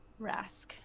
rask